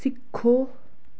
सिक्खो